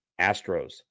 Astros